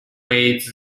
weighs